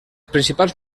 principals